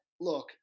look